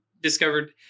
discovered